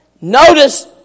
notice